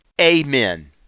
Amen